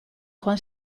joan